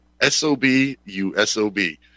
S-O-B-U-S-O-B